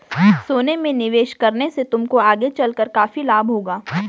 सोने में निवेश करने से तुमको आगे चलकर काफी लाभ होगा